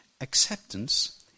Acceptance